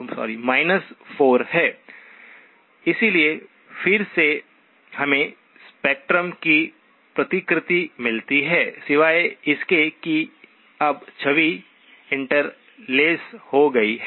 इसलिए फिर से हमें स्पेक्ट्रम की प्रतिकृति मिलती है सिवाय इसके कि अब छवि इंटरलेस हो गई है